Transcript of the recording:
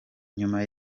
nyuma